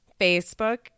Facebook